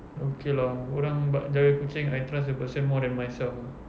okay lah orang bab jaga kucing I trust the person more than myself ah